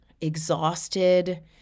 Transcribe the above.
exhausted